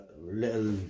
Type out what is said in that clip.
little